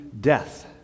death